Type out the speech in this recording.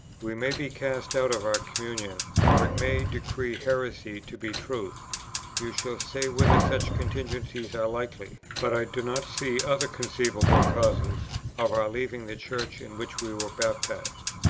we may be cast out of our communion, or it may decree heresy to be truth you shall say whether such contingencies are likely but i do not see other conceivable causes of our leaving the church in which we were baptized.